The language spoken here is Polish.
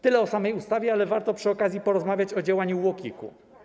Tyle o samej ustawie, ale warto przy okazji porozmawiać o działaniu UOKiK-u.